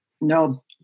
No